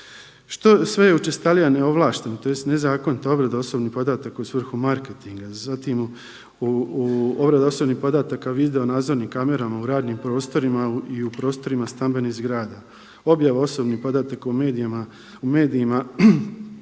Što sve učestalija je neovlaštena tj. nezakonita obrada osobnih podataka u svrhu markentinga, zatim u obradi osobnih podataka videonadzornim kamerama u radnim prostorima i u prostorima stambenih zgrada. Objava osobnih podataka u medijima